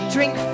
Drink